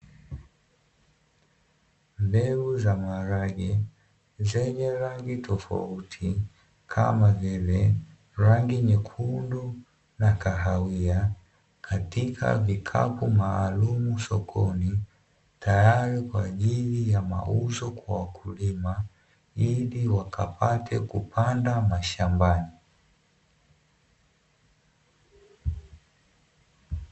Mbegu za maharage zenye rangi tofauti; kama vile rangi nyekundu na kahawia, katika vikapu maalumu sokoni, tayari kwa ajili ya mauzo kwa wakulima ili wakapate kupanda mashambani.